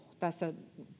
tässä